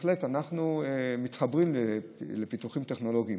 אמרתי שאנחנו בהחלט מתחברים לפיתוחים טכנולוגיים